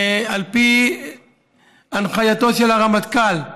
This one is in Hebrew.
על פי הנחייתו של הרמטכ"ל,